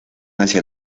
hacia